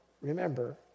remember